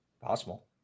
Possible